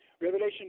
Revelation